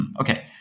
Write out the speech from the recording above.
okay